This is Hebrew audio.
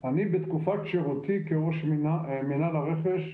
אני, בתקופת שירותי כראש מינהל הרכש,